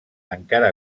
encara